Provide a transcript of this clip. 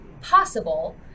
possible